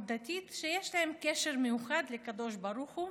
דתית שיש להן קשר מיוחד לקדוש ברוך הוא